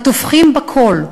הטובחים בכול: